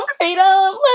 freedom